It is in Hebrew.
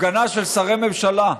הפגנה של שרי ממשלה,